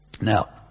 Now